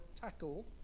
tackle